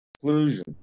conclusion